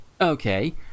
Okay